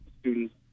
students